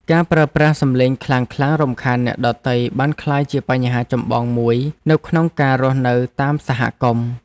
ការប្រើប្រាស់សំឡេងខ្លាំងៗរំខានអ្នកដទៃបានក្លាយជាបញ្ហាចម្បងមួយនៅក្នុងការរស់នៅតាមសហគមន៍។